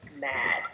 mad